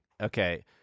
Okay